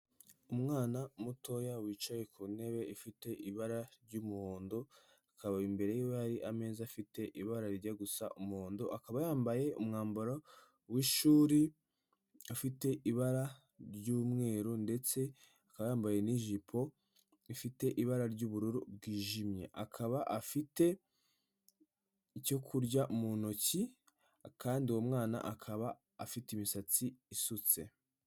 Umwana mutoya wicaye ku ntebe ifite ibara ry'umuhondo, akaba imbere y'iwe hari ameza afite ibarajya gusa umuhondo. Akaba yambaye umwambaro w'ishuri ufite ibara ry'umweru ndetse akaba yambaye n'ijipo ifite ibara ry'ubururu bwijimye, akaba afite icyo kurya mu ntoki kandi uwo mwana akaba afite imisatsi isutse.